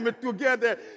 together